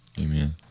Amen